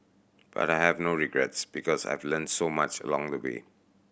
but I have no regrets because I've learnt so much along the way